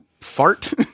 fart